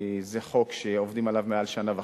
זה חוק שעובדים עליו מעל שנה וחצי.